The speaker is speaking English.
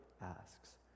asks